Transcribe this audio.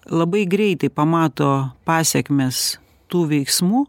labai greitai pamato pasekmes tų veiksmų